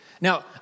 Now